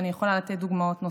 אני יכולה לתת דוגמאות נוספות.